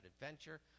adventure